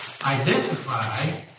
identify